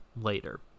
later